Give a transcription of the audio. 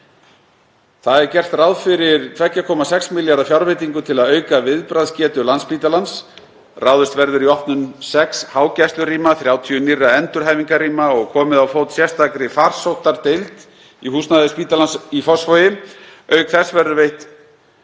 kr. Gert er ráð fyrir 2,6 milljarða kr. fjárveitingu til að auka viðbragðsgetu Landspítalans. Ráðist verður í opnun sex hágæslurýma, 30 nýrra endurhæfingarrýma og komið á fót sérstakri farsóttardeild í húsnæði spítalans í Fossvogi. Auk þess verður veitt